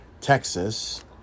Texas